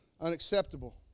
Unacceptable